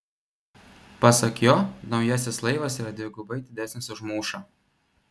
pasak jo naujasis laivas yra dvigubai didesnis už mūšą